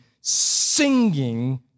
singing